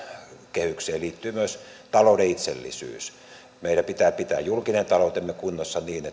kehykseen liittyy myös talouden itsellisyys meidän pitää pitää julkinen taloutemme kunnossa niin